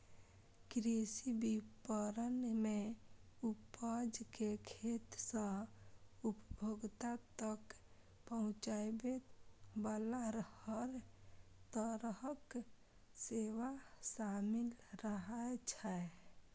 कृषि विपणन मे उपज कें खेत सं उपभोक्ता तक पहुंचाबे बला हर तरहक सेवा शामिल रहै छै